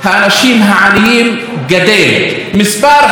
מספר הילדים העניים גדל.